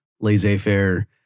laissez-faire